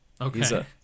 okay